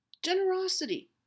Generosity